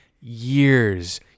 years